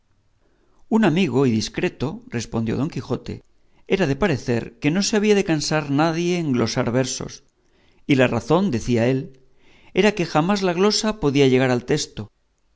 un amigo y discreto respondió don quijote era de parecer que no se había de cansar nadie en glosar versos y la razón decía él era que jamás la glosa podía llegar al texto